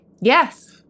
Yes